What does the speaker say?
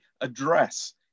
address